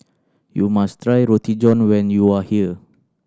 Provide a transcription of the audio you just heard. you must try Roti John when you are here